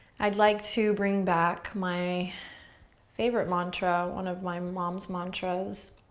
i'd like to bring back my favorite mantra, one of my mom's mantras,